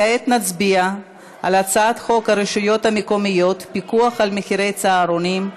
כעת נצביע על הצעת חוק הרשויות המקומיות (פיקוח על מחירי צהרונים),